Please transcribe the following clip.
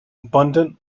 abundant